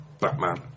Batman